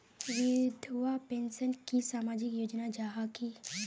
विधवा पेंशन की सामाजिक योजना जाहा की?